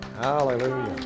Hallelujah